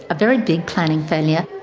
a very big planning failure.